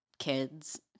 kids